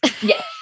Yes